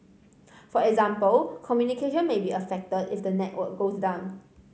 for example communication may be affected if the network goes down